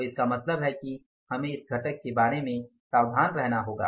तो इसका मतलब है कि हमें इस घटक के बारे में सावधान रहना होगा